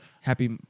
happy